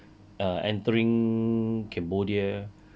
err entering cambodia